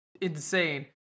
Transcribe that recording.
insane